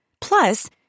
Plus